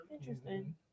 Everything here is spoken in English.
Interesting